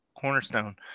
cornerstone